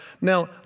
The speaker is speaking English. Now